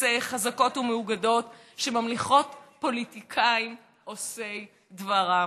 חזקות ומאוגדות שממליכות פוליטיקאים עושי דברן.